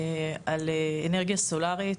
יהיה על אנרגיה סולרית,